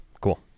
Cool